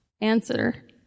answer